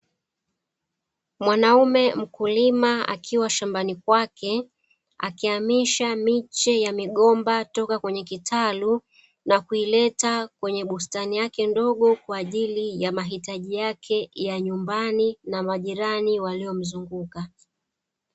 Mwanaume mkulima akiwa shambani kwake, akihamisha miche ya migomba kutoka kwenye kitalu na kuileta kwenye bustani yake ndogo kwa ajili ya mahitaji yake ya nyumbani na majirani waliomzunguka.